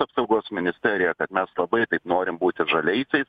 apsaugos ministerija kad mes labai taip norim būti žaliaisiais